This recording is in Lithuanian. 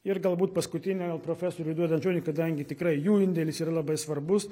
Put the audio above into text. ir galbūt paskutinę gal profesoriui duodant žodį kadangi tikrai jų indėlis yra labai svarbus